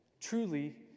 Truly